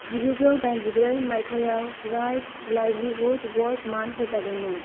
जिगुजौ दाइनजिब्रै माइथायाव राइट लाइवलीहुड एवार्ड मान होजादोंमोन